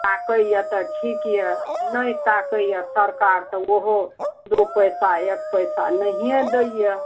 ताकैए तऽ ठीक अइ नहि ताकैए सरकार तऽ ओहो दू पैसा एक पैसा नहिए दैए